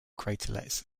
craterlets